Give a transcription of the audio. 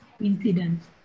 incidents